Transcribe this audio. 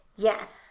Yes